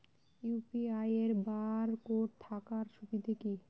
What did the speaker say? UPI এর barcode থাকার সুবিধে কি?